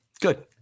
Good